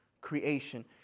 creation